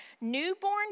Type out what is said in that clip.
Newborn